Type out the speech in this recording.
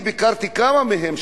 אני ביקרתי כמה מהם,